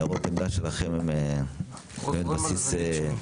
וניירות עמדה שלכם הם בסיס נאה.